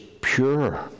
pure